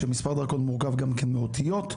שמספר דרכון מורכב גם כן מאותיות,